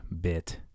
bit